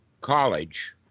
college